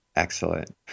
excellent